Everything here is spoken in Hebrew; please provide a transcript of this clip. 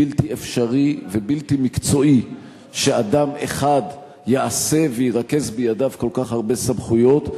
בלתי אפשרי ובלתי מקצועי שאדם אחד יעשה וירכז בידיו כל כך הרבה סמכויות,